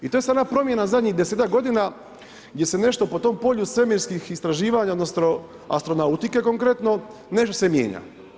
I to je sad jedna promjena zadnjih 10-ak godina gdje se nešto po tom polju svemirskih istraživanja odnosno astronautike konkretno, nešto se mijenja.